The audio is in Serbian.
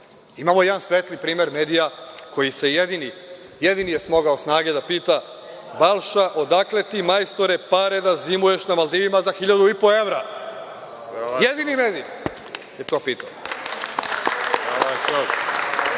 Imamo jedan svetli primer medija koji je jedini smogao snage da pita – Balša, odakle ti, majstore, pare da zimuješ na Maldivima za 1.500 evra? Jedini medij je to pitao.